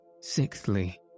Sixthly